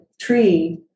tree